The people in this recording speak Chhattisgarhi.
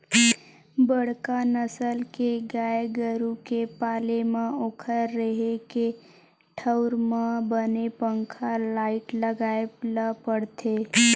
बड़का नसल के गाय गरू के पाले म ओखर रेहे के ठउर म बने पंखा, लाईट लगाए ल परथे